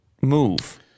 move